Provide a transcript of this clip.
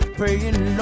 praying